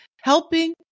helping